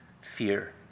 fear